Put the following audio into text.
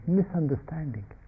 misunderstanding